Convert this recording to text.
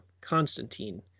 Constantine